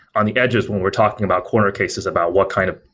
on the edges, when we're talking about corner cases about what kind of